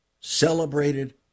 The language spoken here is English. celebrated